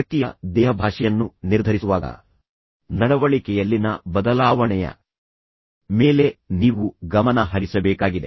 ವ್ಯಕ್ತಿಯ ದೇಹಭಾಷೆಯನ್ನು ನಿರ್ಧರಿಸುವಾಗ ನಡವಳಿಕೆಯಲ್ಲಿನ ಬದಲಾವಣೆಯ ಮೇಲೆ ನೀವು ಗಮನ ಹರಿಸಬೇಕಾಗಿದೆ